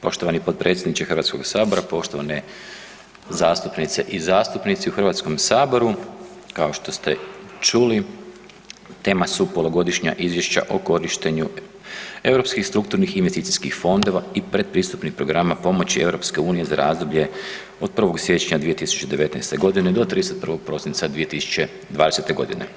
Poštovani potpredsjedniče Hrvatskog sabora, poštovane zastupnice i zastupnici u Hrvatskom saboru, kao što ste čuli tema su Polugodišnja izvješća o korištenju europskih strukturnih i investicijskih fondova i pretpristupnih programa pomoći EU za razdoblje od 1. siječnja 2019. godine do 31. prosinca 2020. godine.